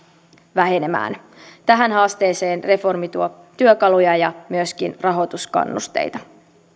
vähenemään tähän haasteeseen reformi tuo työkaluja ja myöskin rahoituskannusteita